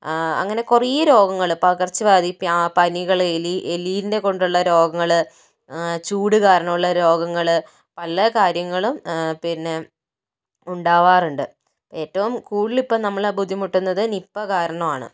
അങ്ങനെ കുറയെ രോഗങ്ങള് പകർച്ചവ്യാധി പനികൾ എലിൻ്റെ കൊണ്ടുള്ള രോഗങ്ങള് ചൂട് കാരണം ഉള്ള രോഗങ്ങള് പല കാര്യങ്ങളും പിന്നെ ഉണ്ടാവാറുണ്ട് ഏറ്റവും കൂടുതൽ ഇപ്പോൾ നമ്മളെ ബുദ്ധിമുട്ടുന്നത് നിപ്പ കാരണമാണ്